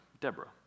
Deborah